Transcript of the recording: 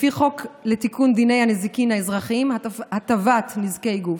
לפי חוק לתיקון דיני הנזיקין האזרחיים (הטבת נזקי גוף).